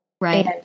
Right